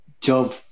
job